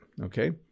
Okay